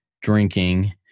drinking